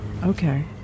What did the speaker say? Okay